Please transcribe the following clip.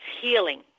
healing